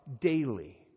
daily